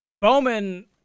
Bowman